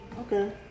Okay